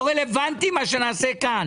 לא רלוונטי מה שנעשה כאן.